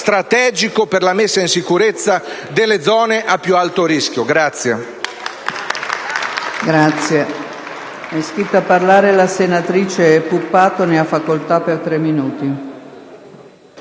strategico per la messa in sicurezza delle zone a più alto rischio.